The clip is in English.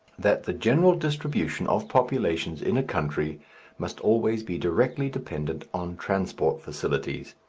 that the general distribution of population in a country must always be directly dependent on transport facilities.